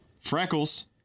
Freckles